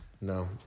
No